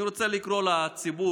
אני רוצה לקרוא לציבור